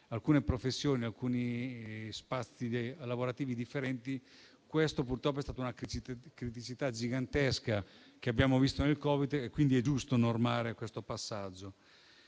alcune professioni e alcuni spazi lavorativi differenti. Questa purtroppo è stata una criticità gigantesca che abbiamo visto durante il Covid, quindi è giusto normare questo passaggio.